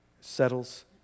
settles